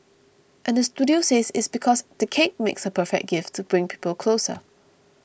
and the studio says it's because the cake makes a perfect gift to bring people closer